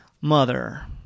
mother